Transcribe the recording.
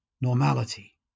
normality